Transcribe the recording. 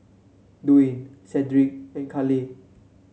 Dwaine Sedrick and Carleigh